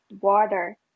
water